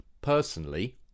Personally